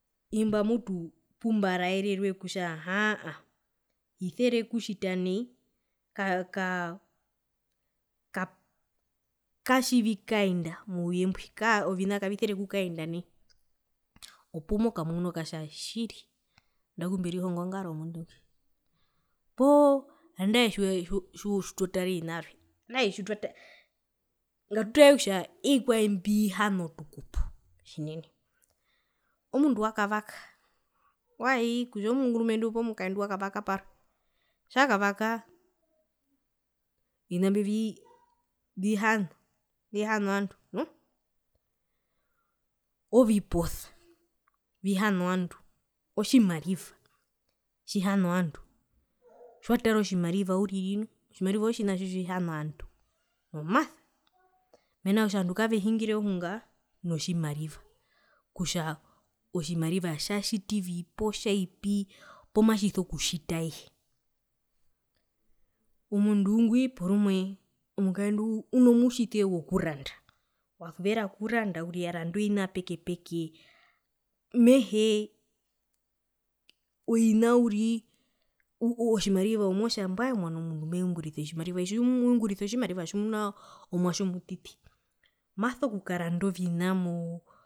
Imba mutu pumbaraerwe kutja aa hisere okutjita nai ka ka katjivikaenda mouyembwi ovina kavisere okukaenda nai opumokamuna okatja tjiri andaku mberihonga ongaro yomundu ngwi poo tjitwatara ovina vyarwe nandae tjitwa ii ngatutare kutja ovikwae mbihana otukupo tjinene omundu wakavaka waii kutja omurumendu poo mukaendu wakavaka parwe tjakavaka ovina mbio vii vihana ovandu oviposa vihana ovandu otjimariva tjihana ovandu tjiwatara otjimariva uriri nu otjimariva otjina tjitjihana ovandu nomasa mena rokutja ovandu kavehungire ohunga notjimariva kutja otjimariva tjatjitivi poo tjaipi poo matjiso kutjitae omundu ngwi porumwe omukaendu uno mutjise wokuranda wasuvera okuranda uriri aranda ovina peke peke mehee ovina uriri uu ove otjimariva ove motja mbwae omwano omundu mbweungurisa ungurisa otjimariva tjimunaa omwatje omutiti maso kukaranda ovina moo